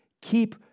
keep